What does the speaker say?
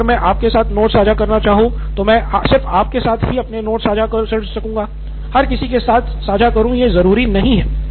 जैसे की अगर मैं आपके साथ नोट्स साझा करना चाहता हूं तो मैं सिर्फ आपके साथ ही अपने नोट्स साझा कर सकूँगा हर किसी के साथ साझा करूँ ये ज़रूरी नहीं